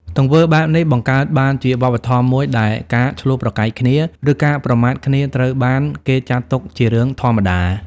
ទង្វើបែបនេះ បង្កើតបានជាវប្បធម៌មួយដែលការឈ្លោះប្រកែកគ្នា ឬការប្រមាថគ្នាត្រូវបានគេចាត់ទុកជារឿងធម្មតា។